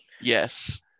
Yes